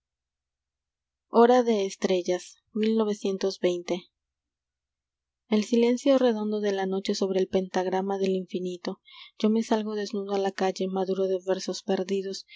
de spaña o l silencio redondo de la noche e sobre el pentagrama del infinito yo me salgo desnudo a la calle maduro de versos perdidos